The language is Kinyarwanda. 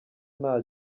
nta